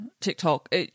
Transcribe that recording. TikTok